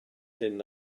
hyn